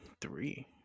three